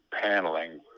paneling